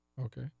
Okay